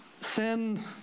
sin